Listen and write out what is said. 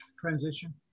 transition